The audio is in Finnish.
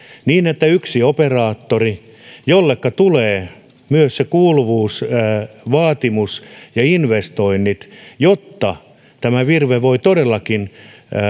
niin että olisi yksi operaattori jolleka tulee myös kuuluvuusvaatimus ja investoinnit jotta virve voi todellakin